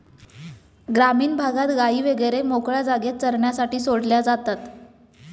ग्रामीण भागात गायी वगैरे मोकळ्या जागेत चरण्यासाठी सोडल्या जातात